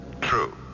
True